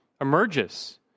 emerges